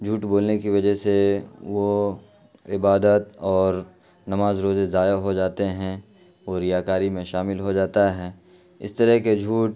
جھوٹ بولنے کی وجہ سے وہ عبادت اور نماز روزے ضائع ہو جاتے ہیں اور ریا کاری میں شامل ہو جاتا ہے اس طرح کے جھوٹ